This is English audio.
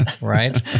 Right